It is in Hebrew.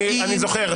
אני זוכר.